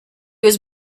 was